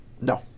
No